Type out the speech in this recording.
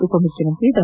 ಉಪಮುಖ್ಶಮಂತ್ರಿ ಡಾ